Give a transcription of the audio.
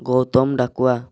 Gautam Dakua